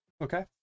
okay